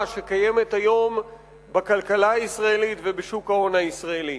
שקיימת היום בכלכלה הישראלית ובשוק ההון הישראלי.